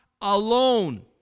alone